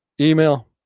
email